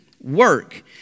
work